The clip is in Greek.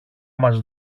μας